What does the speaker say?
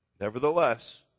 Nevertheless